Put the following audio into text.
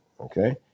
Okay